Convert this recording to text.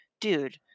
dude